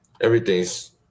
everything's